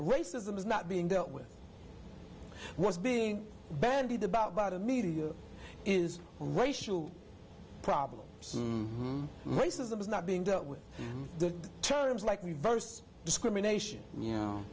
racism is not being dealt with was being bandied about by the media is racial problems racism is not being dealt with the terms like reverse discrimination y